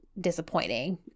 disappointing